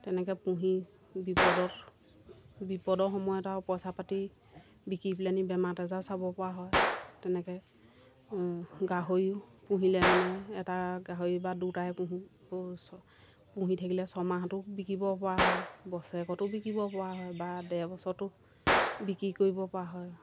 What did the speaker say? তেনেকৈ পুহি বিপদত বিপদৰ সময়ত আৰু পইচা পাতি বিকি পেলাইনি বেমাৰ আজাৰত চাবপৰা হয় তেনেকৈ গাহৰিও পুহিলে মানে এটা গাহৰি বা দুটাই পোহোঁ পুহি থাকিলে ছমাহঁতো বিকিবপৰা হয় বছৰেকতো বিকিবপৰা হয় বা ডেৰবছৰতো বিক্ৰী কৰিবপৰা হয়